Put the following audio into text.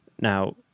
Now